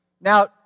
Now